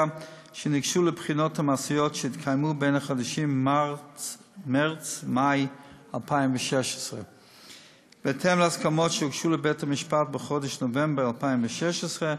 שניגשו לבחינות המעשיות שהתקיימו בחודשים מרס מאי 2016. בהתאם להסכמות שהוגשו לבית-המשפט בחודש נובמבר 2016,